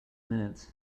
minutes